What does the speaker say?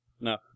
No